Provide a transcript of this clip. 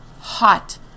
hot